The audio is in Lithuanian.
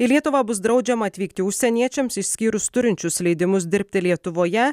į lietuvą bus draudžiama atvykti užsieniečiams išskyrus turinčius leidimus dirbti lietuvoje